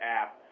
app